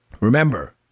Remember